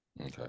okay